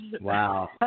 Wow